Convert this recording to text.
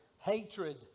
hatred